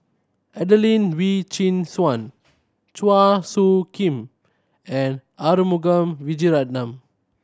Adelene Wee Chin Suan Chua Soo Khim and Arumugam Vijiaratnam